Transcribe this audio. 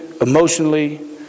emotionally